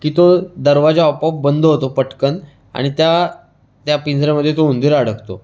की तो दरवाजा आपोआप बंद होतो पट्कन आणि त्या त्या पिंजऱ्यामध्ये तो उंदीर अडकतो